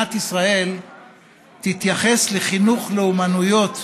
שמדינת ישראל תתייחס לחינוך לאומנויות,